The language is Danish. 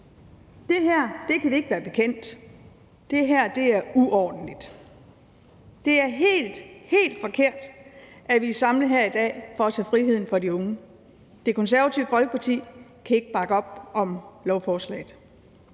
Det her kan vi ikke være bekendt, det her er uordentligt. Det er helt, helt forkert, at vi er samlet her i dag for at tage friheden fra de unge. Det Konservative Folkeparti kan ikke bakke op om lovforslaget.